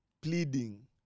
pleading